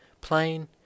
plain